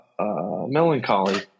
melancholy